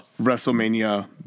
Wrestlemania